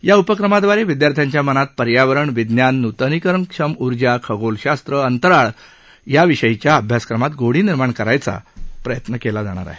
या उपक्रमाद्वारे विद्यार्थ्यांच्या मनात पर्यावरण विज्ञान नूतनीकरणक्षम ऊर्जा खगोलशास्त्र अंतराळ यान विषयींच्या अभ्यासक्रमात गोडी निर्माण करण्याचा प्रयत्न केला जात आहे